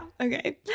Okay